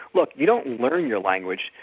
look you don't learn your language,